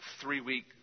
three-week